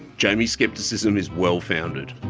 jamie's scepticism is well-founded.